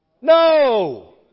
No